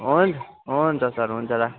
हुन्छ हुन्छ सर हुन्छ राखेँ